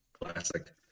Classic